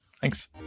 thanks